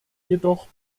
jedoch